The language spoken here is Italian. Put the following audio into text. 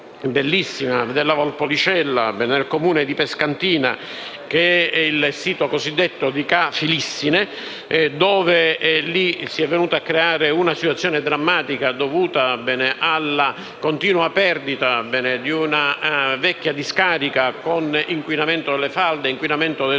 bellissima, della Valpolicella, nel Comune di Pescantina e nel sito cosiddetto di Ca' Filissine, dove si è venuta a creare una situazione drammatica dovuta alla continua perdita di una vecchia discarica, con inquinamento delle falde ed inquinamento dei suoli,